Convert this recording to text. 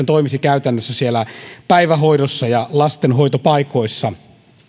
toimisi käytännössä siellä päivähoidossa ja lastenhoitopaikoissa